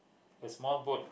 a small boat